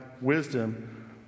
wisdom